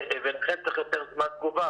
לכן צריך קצת יותר זמן תגובה.